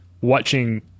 watching